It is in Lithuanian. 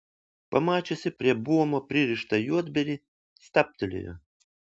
pamačiusi prie buomo pririštą juodbėrį stabtelėjo